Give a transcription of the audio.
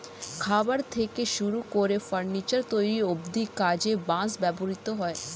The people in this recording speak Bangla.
খাবার থেকে শুরু করে ফার্নিচার তৈরি অব্ধি কাজে বাঁশ ব্যবহৃত হয়